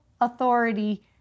authority